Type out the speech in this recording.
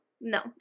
No